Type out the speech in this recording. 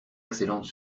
excellente